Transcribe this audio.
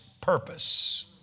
purpose